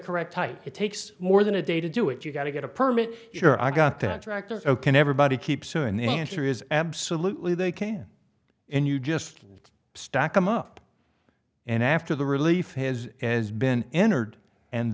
correct type it takes more than a day to do it you got to get a permit here i got that tractors ok everybody keeps you and the answer is absolutely they can and you just stack em up and after the relief his as been entered and